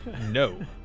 No